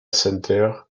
center